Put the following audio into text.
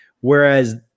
Whereas